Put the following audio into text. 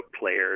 players